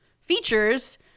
features